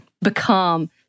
become